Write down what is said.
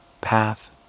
path